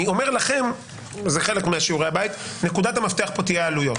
אני אומר לכם וזה חלק משיעורי הבית: נקודת המפתח פה תהיה העלויות.